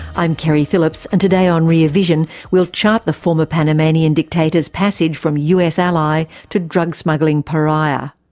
i'm keri phillips and today on rear vision we'll chart the former panamanian dictator's passage from us ally to drug smuggling pariah.